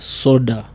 soda